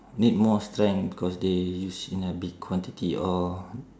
need more strength because they use in a big quantity or